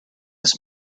this